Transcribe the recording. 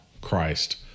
Christ